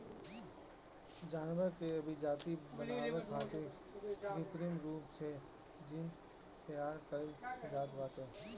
जानवर के अभिजाति बनावे खातिर कृत्रिम रूप से जीन तैयार कईल जात बाटे